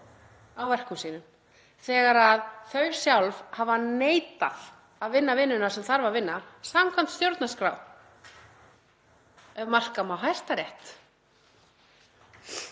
á verkum sínum þegar þau sjálf hafa neitað að vinna vinnuna sem þarf að vinna samkvæmt stjórnarskrá ef marka má Hæstarétt.